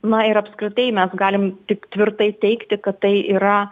na ir apskritai mes galim tik tvirtai teigti kad tai yra